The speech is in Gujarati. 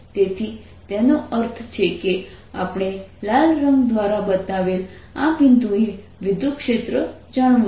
તેથી તેનો અર્થ છે કે આપણે લાલ રંગ દ્વારા બતાવેલ આ બિંદુએ વિદ્યુતક્ષેત્ર જાણવું છે